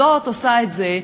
זאת עושה את זה,